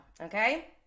okay